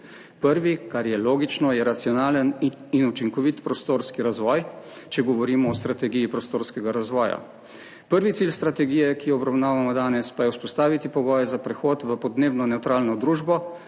Prvi, kar je logično, je racionalen in učinkovit prostorski razvoj, če govorimo o strategiji prostorskega razvoja. Prvi cilj strategije, ki jo obravnavamo danes, pa je vzpostaviti pogoje za prehod v podnebno nevtralno družbo.